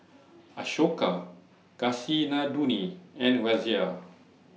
Ashoka Kasinadhuni and Razia